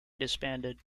disbanded